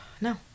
no